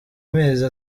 mezi